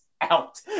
out